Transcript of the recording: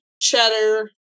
cheddar